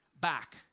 back